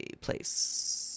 place